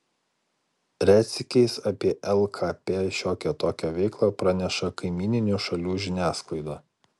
retsykiais apie lkp šiokią tokią veiklą praneša kaimyninių šalių žiniasklaida